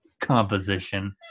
composition